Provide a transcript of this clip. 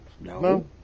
no